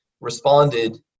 responded